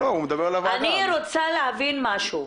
אני רוצה להבין משהו.